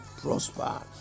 Prosper